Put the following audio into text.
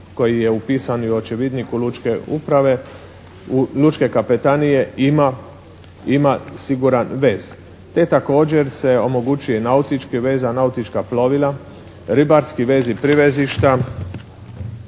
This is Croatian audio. koji je upisan i u očevidniku lučke uprave, lučke kapetanije ima siguran vezan. Te također se omogućuje nautička veza, nautička plovila, ribarski vez i privezišta.